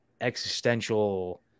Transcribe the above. existential